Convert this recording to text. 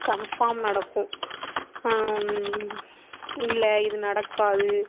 confirm நடக்கும் இல்லை இது நடக்காது